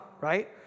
right